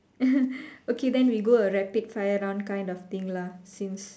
okay then we go a rapid fire round kind of thing lah since